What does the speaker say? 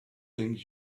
things